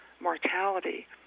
mortality